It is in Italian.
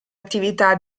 attività